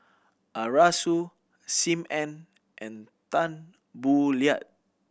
Arasu Sim Ann and Tan Boo Liat